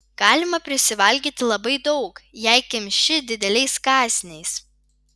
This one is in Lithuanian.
galima prisivalgyti labai daug jei kimši dideliais kąsniais